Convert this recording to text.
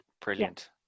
Brilliant